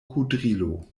kudrilo